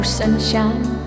sunshine